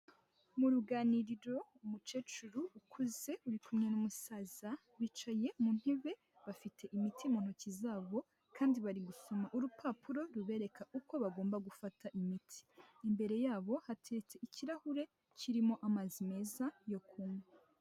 Mu ruganiriro umukecuru ukuze uri kumwe n'umusaza, bicaye mu ntebe bafite imiti mu ntoki zabo, kandi bari gusoma urupapuro rubereka uko bagomba gufata imiti, imbere yabo hatetse ikirahure kirimo amazi meza yo kunywa.